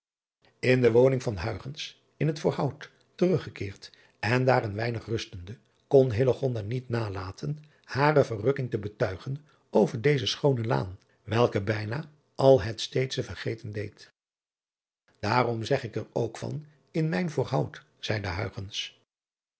n de woning van in het oorhout teruggekeerd en daar een weinig rustende kon niet nalaten hare verrukking te betuigen over deze schoone laan welke bijna al het steedsche vergeten deed aarom zeg ik er ook van in mijn oorheut zeide